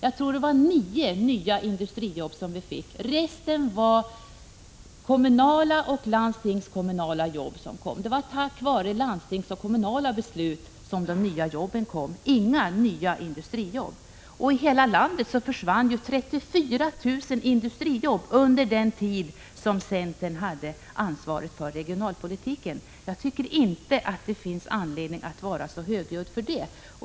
Jag tror att det var 9 nya industrijobb — resten var kommunala och landstingskommunala jobb. Det var tack vare landstingsbeslut och kommunala beslut som det tillkom nya arbetstillfällen. Inga nya industrijobb kom. I hela landet försvann 34 000 industrijobb under den tid centern hade ansvaret för regionalpolitiken, så jag tycker inte att det finns anledning att vara så högljudd.